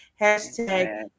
hashtag